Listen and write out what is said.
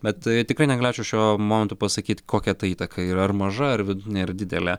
bet tikrai negalėčiau šiuo momentu pasakyt kokia ta įtaka yra ar maža ar vidutinė ar didelė